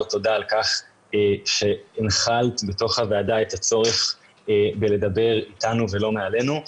תודה על כך שהנחלת בתוך הוועדה את הצורך לדבר אתנו ולא מעלינו.